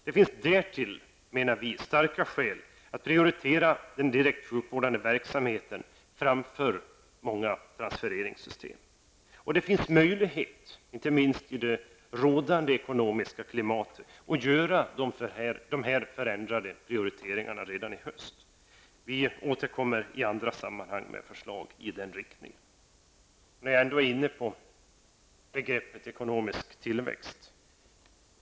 Det finns därtill, menar vi, starka skäl att prioritera den direktsjukvårdande verksamheten framför många transfereringssystem. Det finns möjlighet, inte minst i det rådande ekonomiska klimatet, att göra dessa förändrade prioriteringar redan i höst. Vi återkommer i andra sammanhang med förslag i denna riktning. När jag ändå är inne på begreppet ekonomisk tillväxt vill jag säga följande.